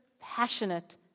passionate